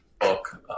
book